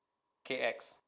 K_X